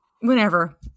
Whenever